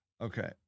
Okay